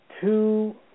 two